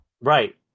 Right